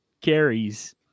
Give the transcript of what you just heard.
carries